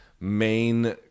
main